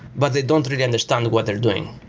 but they don't really understand what they're doing.